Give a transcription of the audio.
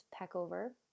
Peckover